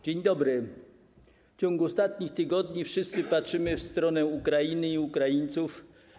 Dzień dobry, w ciągu ostatnich tygodni wszyscy patrzymy w stronę Ukrainy i Ukraińców.